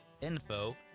info